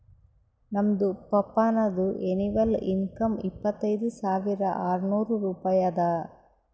ನಮ್ದು ಪಪ್ಪಾನದು annual income ಇಪ್ಪತೈದ್ ಸಾವಿರಾ ಆರ್ನೂರ್ ರೂಪಾಯಿ ಅದಾ